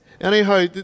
Anyhow